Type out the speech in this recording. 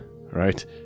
right